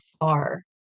far